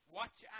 watch